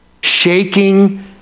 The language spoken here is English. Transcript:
Shaking